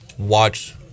watch